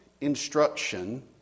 Instruction